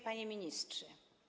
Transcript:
Panie Ministrze!